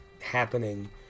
happening